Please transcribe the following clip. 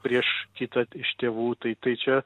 prieš kitą iš tėvų tai tai čia